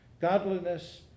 godliness